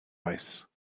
ice